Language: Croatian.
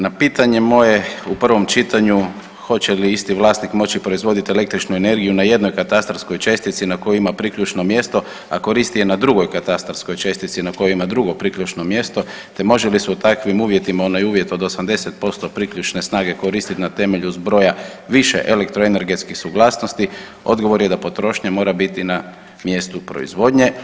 Na pitanje moje u prvom čitanju, hoće li isti vlasnik moći proizvoditi električnu energiju na jednoj katastarskoj čestici na kojoj ima priključno mjesto, a koristi je na drugoj katastarskoj čestici na kojoj ima drugo priključno mjesto te može li se u takvim uvjetima onaj uvjet od 80% priključne snage koristit na temelju zbroja više elektroenergetskih suglasnosti, odgovor je da potrošnja mora biti na mjestu proizvodnje.